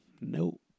Nope